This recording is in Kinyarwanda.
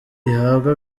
ihabwa